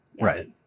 Right